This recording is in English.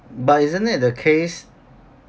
but isn't that the case